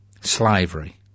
Slavery